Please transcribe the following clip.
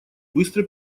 быстро